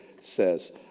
says